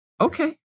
Okay